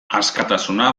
askatasuna